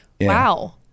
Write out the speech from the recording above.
wow